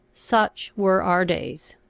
such were our days.